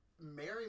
Mary